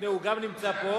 הנה, הוא גם נמצא פה.